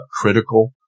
critical